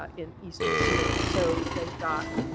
ah in eastern syria. so they've got